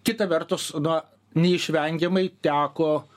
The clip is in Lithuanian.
kita vertus nuo neišvengiamai teko